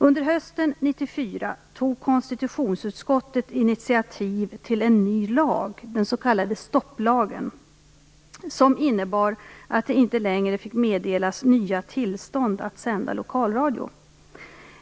Under hösten 1994 tog konstitutionsutskottet initiativ till en ny lag - den s.k. stopplagen - som innebar att det inte längre fick meddelas nya tillstånd att sända lokalradio.